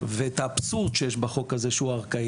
ואת האבסורד שיש בחוק הזה שהוא ארכאי,